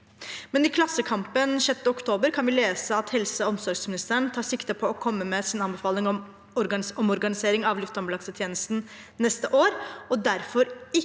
i Klassekampen 6. oktober kan vi lese at helse- og omsorgsministeren tar sikte på å komme med sin anbefaling om organisering av luftambulansetjenesten neste år og derfor ikke